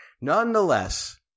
Nonetheless